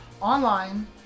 online